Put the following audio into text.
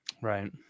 right